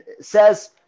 says